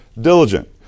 diligent